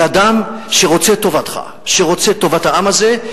של אדם שרוצה את טובתך, שרוצה את טובת העם הזה.